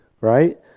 right